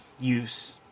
use